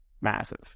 massive